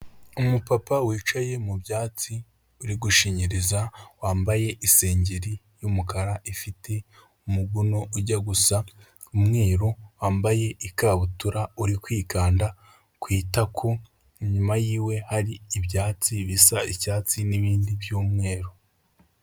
Umupapa wicaye mu byatsi uri gushinyiriza wambaye isengeri y'umukara ifite umuguno ujya gusa umweru, wambaye ikabutura uri kwikanda ku itako, inyuma yiwe hari ibyatsi bisa icyatsi n'ibindi by'umweru.